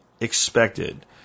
expected